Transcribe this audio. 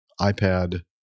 iPad